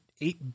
eight